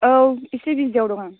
औ एसे बिजि दं आं